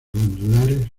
glandulares